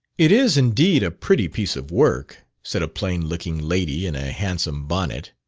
it is indeed a pretty piece of work, said a plain-looking lady in a handsome bonnet.